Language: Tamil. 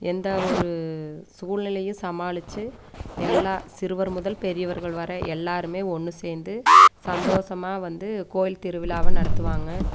எந்த ஒரு சூழ்நிலையும் சமாளித்து எல்லா சிறுவர் முதல் பெரியவர்கள் வரை எல்லோருமே ஒன்று சேர்ந்து சந்தோஷமா வந்து கோயில் திருவிழாவை நடத்துவாங்க